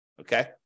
Okay